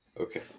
Okay